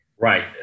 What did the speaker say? Right